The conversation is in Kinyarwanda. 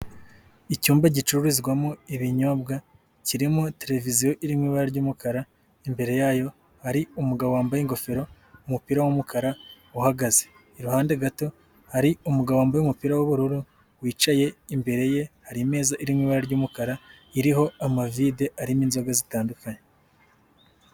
Icyumba gicururizwamo ibinyobwa, kirimo televiziyo iri mu ibara ry'umukara, imbere yayo hari umugabo wambaye ingofero, umupira w'umukara, uhagaze. Iruhande gato hari umugabo wambaye umupira w'ubururu wicaye, imbere ye hari imeza iri mu ibara ry'umukara, iriho amavide arimo inzoga zitandukanye.